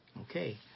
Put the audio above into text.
Okay